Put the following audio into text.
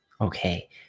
Okay